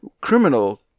criminal